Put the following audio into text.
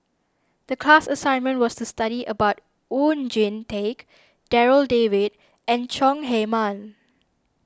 the class assignment was to study about Oon Jin Teik Darryl David and Chong Heman